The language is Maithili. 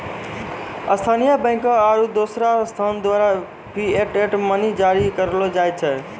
स्थानीय बैंकों आरू दोसर संस्थान द्वारा फिएट मनी जारी करलो जाय छै